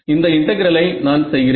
இந்த இன்டெகிரலை நான் செய்கிறேன்